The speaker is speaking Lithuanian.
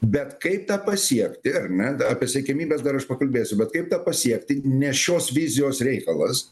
bet kaip tą pasiekti ar ne apie siekiamybes dar aš pakalbėsiu bet kaip tą pasiekti ne šios vizijos reikalas